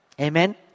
Amen